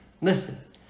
Listen